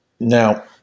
Now